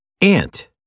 Ant